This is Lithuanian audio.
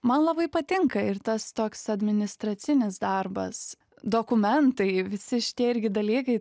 man labai patinka ir tas toks administracinis darbas dokumentai visi šitie irgi dalykai